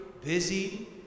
busy